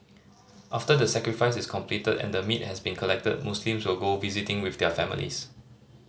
after the sacrifice is completed and the meat has been collected Muslims will go visiting with their families